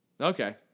Okay